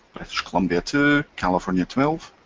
columbia two, california twelve.